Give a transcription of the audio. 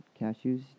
Cashews